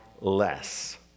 less